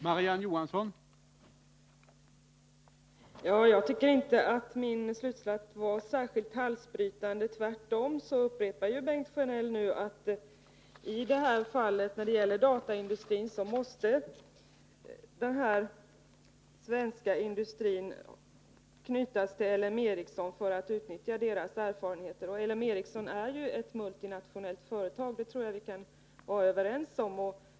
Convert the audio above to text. Herr talman! Jag tycker inte att min slutsats var särskilt halsbrytande. Tvärtom upprepar Bengt Sjönell nu att den här svenska dataindustrin måste knytas till L M Ericsson för att utnyttja dess erfarenheter, och L M Ericsson är ju ett multinationellt företag; det tror jag vi kan vara överens om.